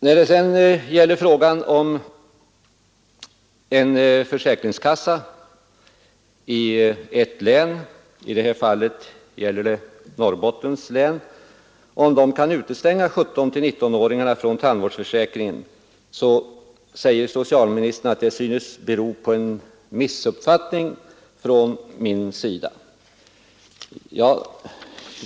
När det gäller frågan huruvida försäkringskassan i Norrbottens län kan utestänga ungdomar i åldersgruppen 17—19 år från tandvårdsförsäkringen säger socialministern att det synes föreligga en missuppfattning från min sida.